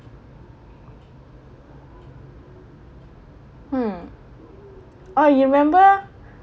mm oh you remember